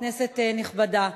כנסת נכבדה,